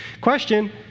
Question